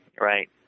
Right